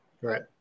Right